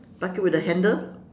bucket with a handle